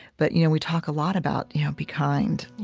but you know we talk a lot about you know be kind.